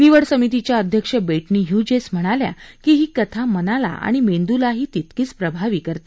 निवड समितीच्या अध्यक्ष बेटनी झूजेस म्हणाल्या कि ही कथा मनाला आणि मेंदूलाही तितकीच प्रभावित करते